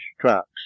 tracks